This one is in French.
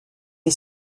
est